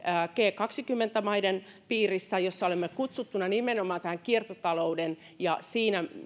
kaksikymmentä maiden piirissä jossa olemme kutsuttuna nimenomaan kiertotalouden ja siinä